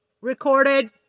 recorded